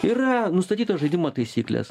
yra nustatytos žaidimo taisyklės